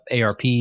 ARP